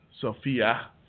Sophia